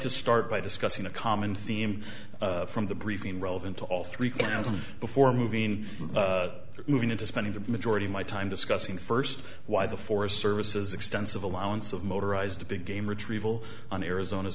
to start by discussing a common theme from the briefing relevant to all three thousand before moving moving into spending the majority of my time discussing first why the forest service is extensive allowance of motorized a big game retrieval on arizona's